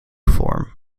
form